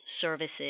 services